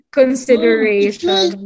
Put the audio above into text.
consideration